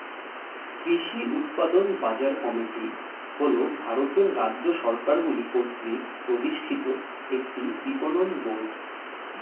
কৃষি উৎপাদন বাজার কমিটি হল ভারতের রাজ্য সরকারগুলি কর্তৃক প্রতিষ্ঠিত একটি বিপণন বোর্ড